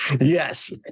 Yes